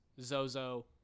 Zozo